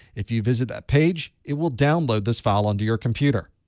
if you visit that page, it will download this file onto your computer.